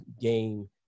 game